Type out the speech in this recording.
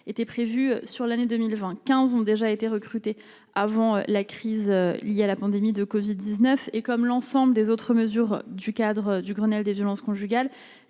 était prévue sur l'année 2020 15 ont déjà été recrutés avant la crise liée à la pandémie de Covid 19 et comme l'ensemble des autres mesures du cadre du Grenelle des violences conjugales,